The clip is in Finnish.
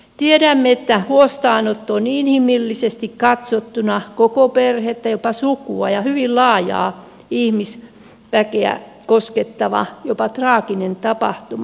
tiedämme että huostaanotto on inhimillisesti katsottuna koko perhettä jopa sukua ja hyvin laajaa ihmisväkeä koskettava jopa traaginen tapahtuma